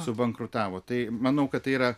subankrutavo tai manau kad tai yra